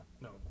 No